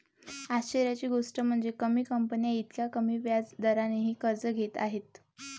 आश्चर्याची गोष्ट म्हणजे, कमी कंपन्या इतक्या कमी व्याज दरानेही कर्ज घेत आहेत